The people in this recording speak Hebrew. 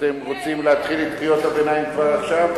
אתם רוצים להתחיל עם קריאות הביניים כבר עכשיו?